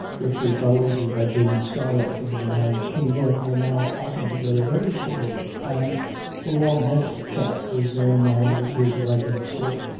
the three fellows who had been skylarking when i came in were now talking together very soberly, and the long-necked chap was going on with his writing still.